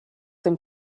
dem